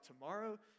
tomorrow